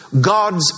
God's